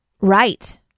Right